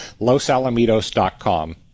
LosAlamitos.com